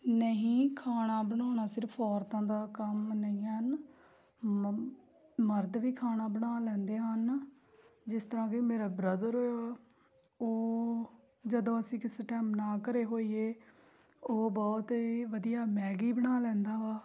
ਨਹੀਂ ਖਾਣਾ ਬਣਾਉਣਾ ਸਿਰਫ਼ ਔਰਤਾਂ ਦਾ ਕੰਮ ਨਹੀਂ ਹਨ ਮ ਮਰਦ ਵੀ ਖਾਣਾ ਬਣਾ ਲੈਂਦੇ ਹਨ ਜਿਸ ਤਰ੍ਹਾਂ ਕਿ ਮੇਰਾ ਬ੍ਰਦਰ ਉਹ ਜਦੋਂ ਅਸੀਂ ਕਿਸੇ ਟਾਈਮ ਨਾ ਘਰ ਹੋਈਏ ਉਹ ਬਹੁਤ ਹੀ ਵਧੀਆ ਮੈਗੀ ਬਣਾ ਲੈਂਦਾ ਵਾ